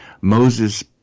Moses